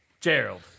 Gerald